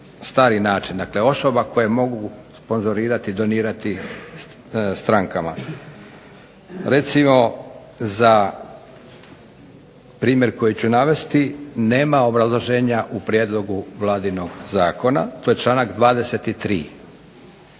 stari način, dakle osoba koje mogu sponzorirati, donirati strankama. Recimo za primjer koji ću navesti, nema obrazloženja u prijedlogu vladinog zakona, to je članak 23.